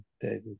David